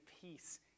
peace